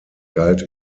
galt